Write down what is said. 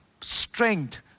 strength